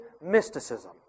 mysticism